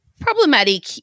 problematic